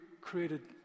created